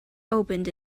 opened